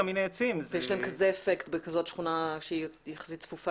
ויש להם כזה אפקט בכזאת שכונה צפופה יחסית?